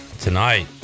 tonight